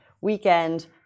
weekend